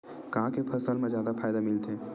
का के फसल मा जादा फ़ायदा मिलथे?